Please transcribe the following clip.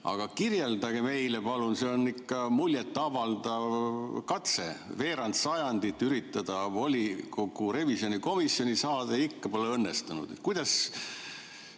Kirjeldage seda meile, palun! See on ikka muljet avaldav katse, veerand sajandit üritada volikogu revisjonikomisjoni saada, ikka pole õnnestunud. Kuidas